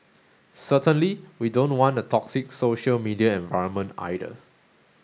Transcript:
certainly we don't want a toxic social media environment either